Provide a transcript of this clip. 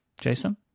Jason